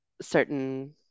certain